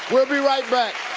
we'll be right back.